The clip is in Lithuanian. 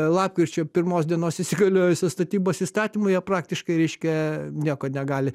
lapkričio pirmos dienos įsigaliojusios statybos įstatymo jie praktiškai reiškia nieko negali